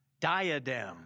diadem